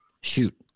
shoot